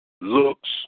looks